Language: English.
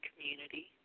community